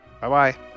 Bye-bye